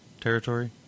territory